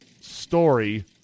story